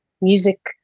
music